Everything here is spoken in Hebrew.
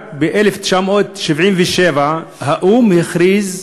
רק ב-1977 האו"ם הכריז,